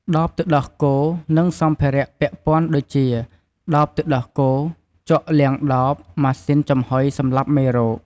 ដបទឹកដោះគោ និងសម្ភារៈពាក់ព័ន្ធដូចជា ដបទឹកដោះគោ ជក់លាងដប ម៉ាស៊ីនចំហុយសម្លាប់មេរោគ។